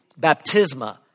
baptisma